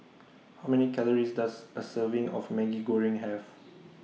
How Many Calories Does A Serving of Maggi Goreng Have